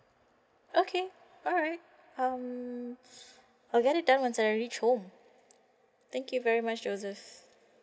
okay alright um I'll get it done once I reach home thank you very much joseph